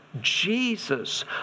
Jesus